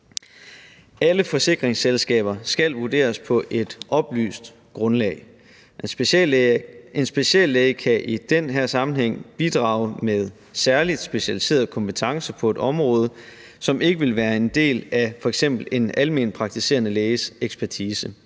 Alle forsikringssager skal vurderes på et oplyst grundlag. En speciallæge kan i den her sammenhæng bidrage med særlig specialiseret kompetence på et område, som ikke vil være en del af f.eks. en almenpraktiserende læges ekspertise.